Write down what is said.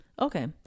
okay